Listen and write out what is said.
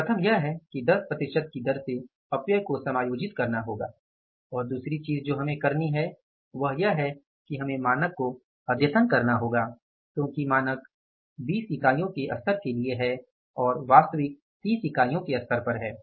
प्रथम यह है कि 10 प्रतिशत की दर से अपव्यय को समायोजित करना होगा और दूसरी चीज़ जो हमें यहां करनी है वह यह है कि हमें मानक को अद्यतन करना होगा क्योंकि मानक 20 इकाइयों के स्तर के लिए है और वास्तविक 30 इकाइयों के स्तर पर है